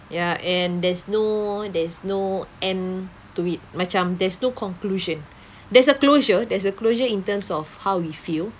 ya and there's no there's no end to it macam there's no conclusion there's a closure there's a closure in terms of how we feel